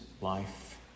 life